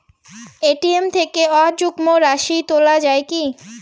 ATM থেকে অযুগ্ম রাশি তোলা য়ায় কি?